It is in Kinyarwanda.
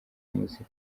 muzika